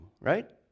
right